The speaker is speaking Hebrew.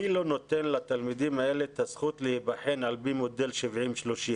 מי לא נותן לתלמידים האלה את הזכות להבחן על פי מודל 70-30?